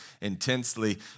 intensely